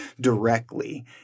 directly